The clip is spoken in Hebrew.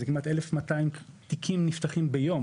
כמעט 1,200 תיקים נפתחים ביום,